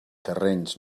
terrenys